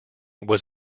was